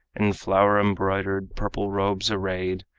in flower-embroidered purple robes arrayed,